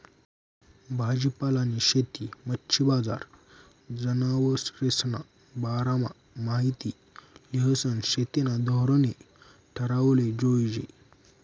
भाजीपालानी शेती, मच्छी बजार, जनावरेस्ना बारामा माहिती ल्हिसन शेतीना धोरणे ठरावाले जोयजे